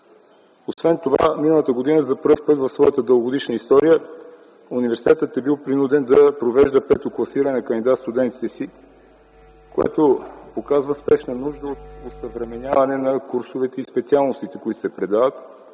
Освен това миналата година за първи път през своята дългогодишна история университетът е бил принуден да провежда пето класиране на кандидат-студентите си, което показва спешна нужда от осъвременяване на курсовете и специалностите, които се предлагат,